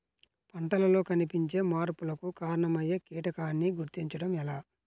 పంటలలో కనిపించే మార్పులకు కారణమయ్యే కీటకాన్ని గుర్తుంచటం ఎలా?